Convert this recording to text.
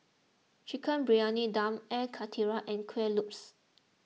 Chicken Briyani Dum Air Karthira and Kuih Lopes